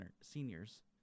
seniors